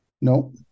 no